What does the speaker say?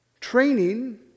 training